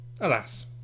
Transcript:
Alas